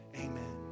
amen